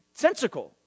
sensical